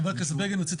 חבר הכנסת בגין, רצית